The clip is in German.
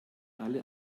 alle